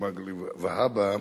מגלי והבה: